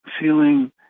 feeling